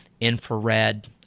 infrared